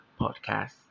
podcast